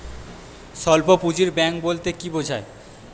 স্বল্প পুঁজির ব্যাঙ্ক বলতে কি বোঝায়?